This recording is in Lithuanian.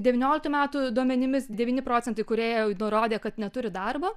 devynioliktų metų duomenimis devyni procentai kūrėjų nurodė kad neturi darbo